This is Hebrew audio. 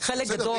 חלק גדול --- בסדר.